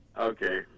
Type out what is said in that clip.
Okay